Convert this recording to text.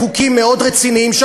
חוקים רציניים מאוד,